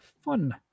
Fun